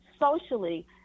socially